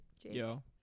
Yo